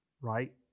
right